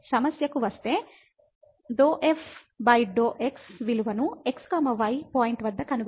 సమస్యకు వస్తే ∂ f∂ x విలువను x y పాయింట్ వద్ద కనుగొనండి